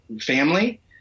family